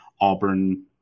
Auburn